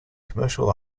commercial